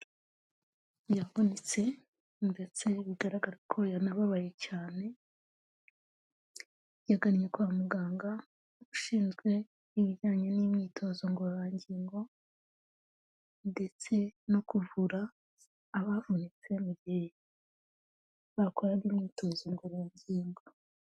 Yavunitse ndetse bigaragara ko yanababaye cyane, yagannye kwa muganga ushinzwe ibijyanye n'imyitozo ngororangingo ndetse no kuvura abavunitse mu gihe bakoraga imyitozo ngororangingo.